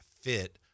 fit